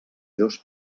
dos